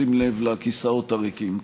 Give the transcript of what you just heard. בשים לב לכיסאות הריקים כאן.